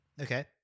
Okay